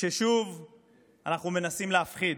ששוב אנחנו מנסים להפחיד,